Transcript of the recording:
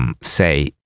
say